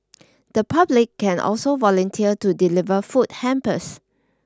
the public can also volunteer to deliver food hampers